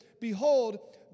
Behold